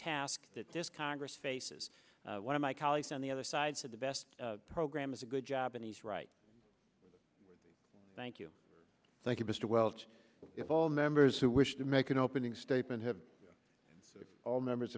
task that this congress faces one of my colleagues on the other side said the best program is a good job and he's right thank you thank you mr welch if all members who wish to make an opening statement have all members